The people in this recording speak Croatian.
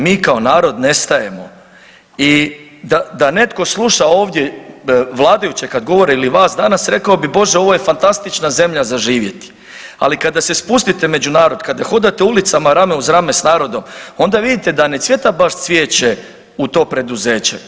Mi kao narod nestajemo i da netko sluša ovdje vladajuće kad govore ili vas danas, rekao bi, Bože, ovo je fantastična zemlja za živjeti, ali kada se spustite među narod, kada hodate ulicama rame uz rame s narodom, onda vidite da ne cvijeta baš cvijeće u to preduzeće.